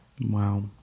Wow